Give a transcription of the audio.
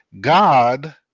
God